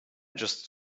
just